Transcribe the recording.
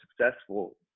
successful